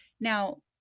Now